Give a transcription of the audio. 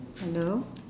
hello